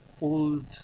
old